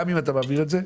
גם אם אתה מעביר את זה,